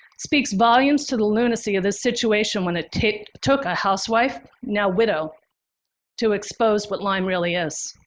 speaks volumes to the lunacy of the situation when it take took a housewife now widow to expose what lyme really is,